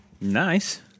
Nice